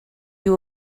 you